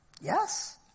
Yes